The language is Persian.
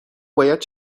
باید